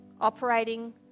operating